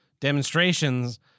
demonstrations